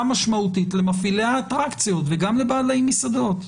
משמעותית למפעילי האטרקציות וגם לבעלי מסעדות.